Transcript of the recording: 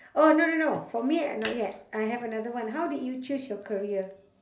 oh no no no for me not yet I have another one how did you choose your career